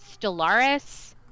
Stellaris